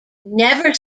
never